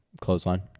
clothesline